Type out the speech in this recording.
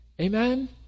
Amen